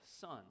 Son